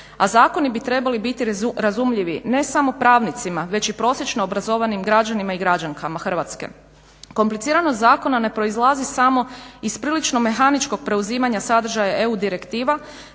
a zakoni bi trebali biti razumljivi ne samo pravnicima već i prosječno obrazovanim građanima i građankama Hrvatske. Kompliciranost zakona ne proizlazi samo iz prilično mehaničkog preuzimanja sadržaja EU direktiva